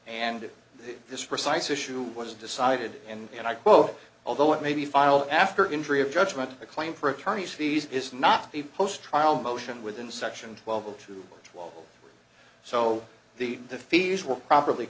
and this precise issue was decided and i quote although it may be filed after injury of judgment a claim for attorney's fees is not the post trial motion within section twelve to twelve so the the fees were properly